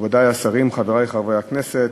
מכובדי השרים, חברי חברי הכנסת,